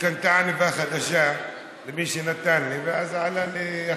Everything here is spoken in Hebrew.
וקנתה עניבה חדשה למי שנתן לי, ואז עלה לי יקר.